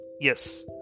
Yes